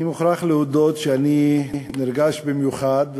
אני מוכרח להודות שאני נרגש במיוחד.